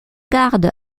garde